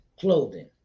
clothing